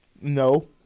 No